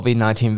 COVID-19